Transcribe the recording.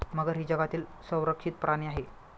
मगर ही जगातील संरक्षित प्राणी आहे